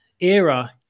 era